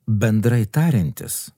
bendrai tariantis